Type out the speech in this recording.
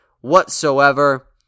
whatsoever